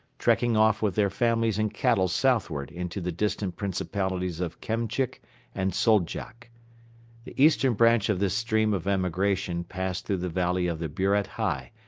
trekking off with their families and cattle southward into the distant principalities of kemchik and soldjak. the eastern branch of this stream of emigration passed through the valley of the buret hei,